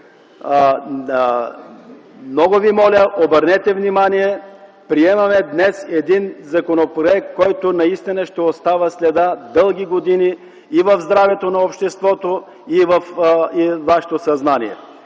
Много ви моля, обърнете внимание – днес приемаме един законопроект, който ще остави следа дълги години и в здравето на обществото, и във вашето съзнание.